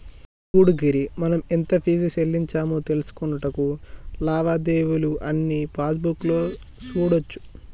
సూడు గిరి మనం ఎంత ఫీజు సెల్లించామో తెలుసుకొనుటకు లావాదేవీలు అన్నీ పాస్బుక్ లో సూడోచ్చు